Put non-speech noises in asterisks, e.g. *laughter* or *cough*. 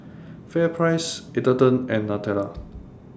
*noise* FairPrice Atherton and Nutella